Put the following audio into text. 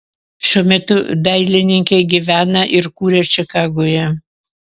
šiuo metu dailininkė gyvena ir kuria čikagoje